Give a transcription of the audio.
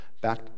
back